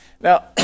Now